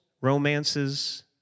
romances